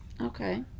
Okay